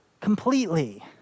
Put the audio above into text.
completely